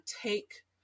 take